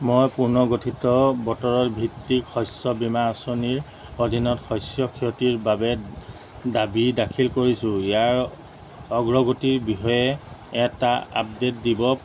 মই পূৰ্ণগঠিত বতৰৰ ভিত্তিক শস্য বীমা আঁচনিৰ অধীনত শস্য ক্ষতিৰ বাবে দাবী দাখিল কৰিছোঁ ইয়াৰ অগ্ৰগতিৰ বিষয়ে এটা আপডে'ট দিব